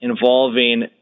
involving